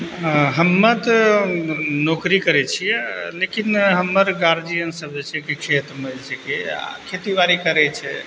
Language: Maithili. हमे तऽ नौकरी करै छियै लेकिन हमर गार्जियन सब छै कि खेतमे जे छै कि खेतीबाड़ी करै छै